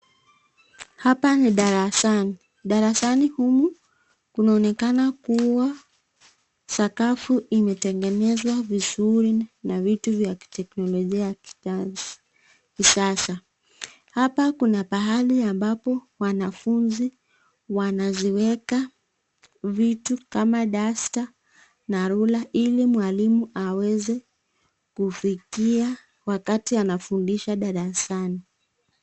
Hapa ni darasani, darasani humu kunaonekana kuwa sakafu imetengenezwa vizuri na vitu vya kiteknolojia ya kisasa. Hapa kuna pahali ambapo wanafunzi wanaziweka vitu kama duster na ruler ili mwalimu aweze kufikia wakati anafundisha darasani.